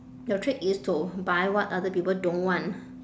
your trick is to buy what other people don't want